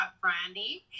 Brandy